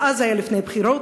אז זה היה לפני בחירות,